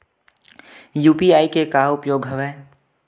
UPI के का उपयोग हवय?